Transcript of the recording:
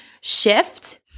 shift